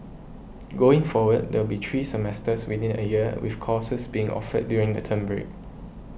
going forward there will be three semesters within a year with courses being offered during the term break